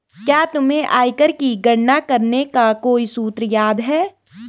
क्या तुम्हें आयकर की गणना करने का कोई सूत्र याद है?